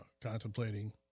contemplating